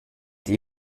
die